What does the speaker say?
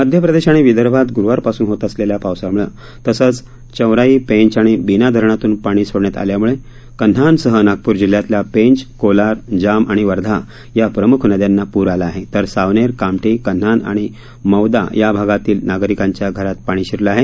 मध्यप्रदेश आणि विदर्भात ग्रुवारपासून होत असलेल्या पावसामुळे तसंच चौराई पेंच आणि बिना धरणातून पाणी सोडण्यात आल्यामुळे कन्हानसह नागप्र जिल्ह्यातच्या पेंच कोलार जाम आणि वर्धा या प्रमूख नद्याना पूर आला आहे तर सावनेर कामठी कन्हान आणि मौदा या भागातील नागरिकांच्या घरात पाणी शिरले आहे